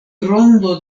rondo